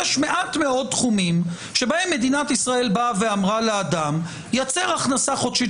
יש מעט מאוד תחומים שבהם מדינת ישראל באה ואמרה לאדם: יצר הכנסה חודשית